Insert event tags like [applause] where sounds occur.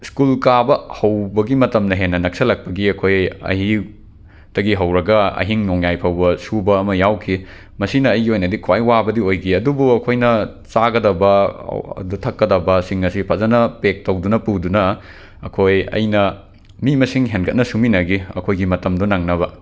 school ꯀꯥꯕ ꯍꯧꯕꯒꯤ ꯃꯇꯝꯅ ꯍꯦꯟꯅ ꯅꯛꯁꯜꯂꯛꯄꯒꯤ ꯑꯩꯈꯣꯏ ꯑꯌꯨꯛꯇꯒꯤ ꯍꯧꯔꯒ ꯑꯍꯤꯡ ꯅꯣꯡꯌꯥꯏ ꯐꯥꯎꯕ ꯁꯨꯕ ꯑꯃ ꯌꯥꯎꯈꯤ ꯃꯁꯤꯅ ꯑꯩꯒꯤ ꯑꯣꯏꯅꯗꯤ ꯈ꯭ꯋꯥꯏ ꯋꯥꯕꯗꯤ ꯑꯣꯏꯈꯤ ꯑꯗꯨꯕꯨ ꯑꯩꯈꯣꯏꯅ ꯆꯥꯒꯗꯕ [unintelligible] ꯊꯛꯀꯗꯕꯁꯤꯡ ꯑꯁꯦ ꯐꯖꯅ ꯄꯦꯛ ꯇꯧꯗꯨꯅ ꯄꯨꯗꯨꯅ ꯑꯩꯈꯣꯏ ꯑꯩꯅ ꯃꯤ ꯃꯁꯤꯡ ꯍꯦꯟꯒꯠꯅ ꯁꯨꯃꯤꯟꯅꯈꯤ ꯑꯩꯈꯣꯏ ꯃꯇꯝꯗꯣ ꯅꯪꯅꯕ